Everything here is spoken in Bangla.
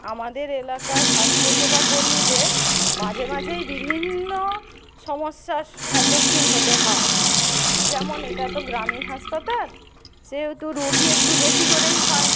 আমাদের এলাকায় স্বাস্থ্যসেবা কর্মীদের মাঝেমাঝেই বিভিন্ন সমস্যার সম্মুখীন হতে হয় যেমন এটা তো গ্রামীণ হাসপাতাল সেহেতু রুগী একটু বেশি করেই হয়